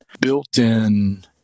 built-in